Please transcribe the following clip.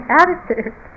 attitude